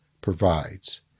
provides